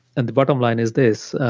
and the bottom line is this.